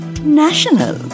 national